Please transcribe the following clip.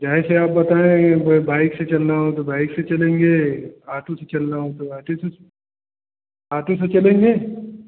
काहे से आप बताये ब बाइक से चलना हो तो बाइक से चलेगे ऑटो से चलना हो तो ऑटो से ऑटो से चलेंगे